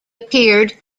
appeared